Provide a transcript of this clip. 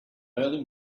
early